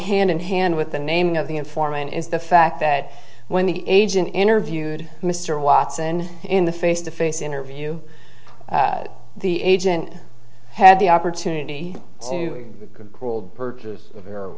hand in hand with the naming of the informant is the fact that when the agent interviewed mr watson in the face to face interview the agent had the opportunity to grow old